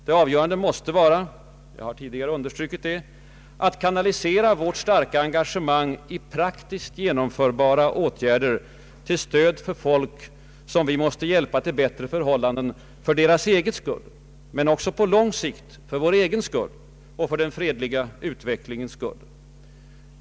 Det avgörande måste vara — jag har tidigare understrukit det — att kanalisera vårt starka engagemang i praktiskt genomförbara åt gärder till stöd för folk som vi måste hjälpa till bättre förhållanden för deras egen skull men också på lång sikt för vår egen skull och för den fredliga utvecklingens skull.